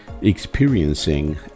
experiencing